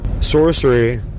sorcery